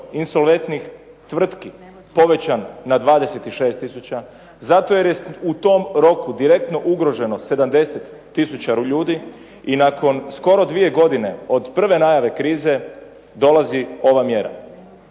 insolventnih tvrtki povećan na 26 tisuća, zato jer je u tom roku direktno ugroženo 70 tisuća ljudi i nakon skoro dvije godine od prve najave krize dolazi ova mjera.